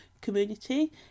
community